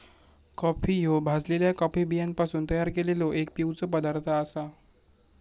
coffee ह्यो भाजलल्या coffee बियांपासून तयार केललो एक पिवचो पदार्थ आसा